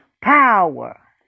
Power